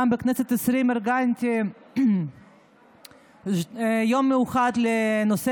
בכנסת העשרים גם ארגנתי יום מיוחד לנושא